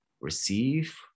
receive